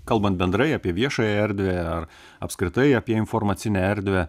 kalbant bendrai apie viešąją erdvę ar apskritai apie informacinę erdvę